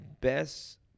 best